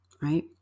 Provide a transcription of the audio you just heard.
right